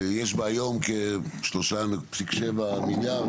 יש היום תקציב על סך 3.4 מיליארד